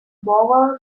bowel